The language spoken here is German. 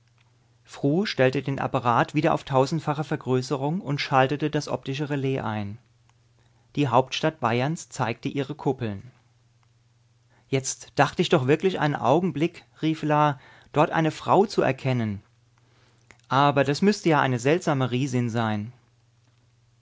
fru stellte den apparat wieder auf tausendfache vergrößerung und schaltete das optische relais ein die hauptstadt bayerns zeigte ihre kuppeln jetzt dachte ich doch wirklich einen augenblick rief la dort eine frau zu erkennen aber das müßte ja eine seltsame riesin sein